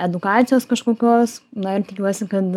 edukacijos kažkokios na ir tikiuosi kad